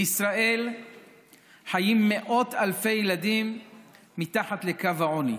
בישראל חיים מאות אלפי ילדים מתחת לקו העוני.